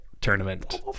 tournament